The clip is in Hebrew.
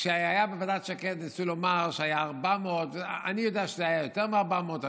בוועדת שקד ניסו לומר שהיו 400. אני יודע שזה היה יותר מ-400,